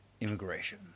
Immigration